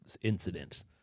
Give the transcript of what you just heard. incident